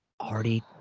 already